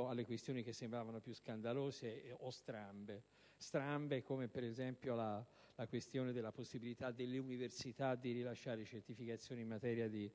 agli aspetti che sembravano più scandalosi o strambi. Mi riferisco, per esempio, alla possibilità delle università di rilasciare certificazioni in materia di